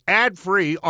ad-free